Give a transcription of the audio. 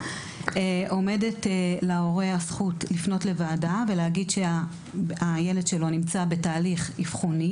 עומדת להורה הזכות לפנות לוועדה ולהגיד שהילד שלו נמצא בתהליך אבחוני